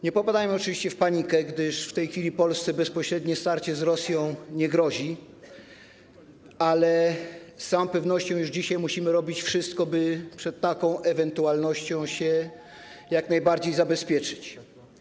Nie popadajmy oczywiście w panikę, gdyż w tej chwili Polsce bezpośrednie starcie z Rosją nie grozi, ale z całą pewnością już dzisiaj musimy robić wszystko, by przed taką ewentualnością się jak najbardziej zabezpieczyć.